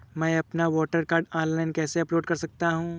मैं अपना voter card online कैसे अपलोड कर सकता हूँ?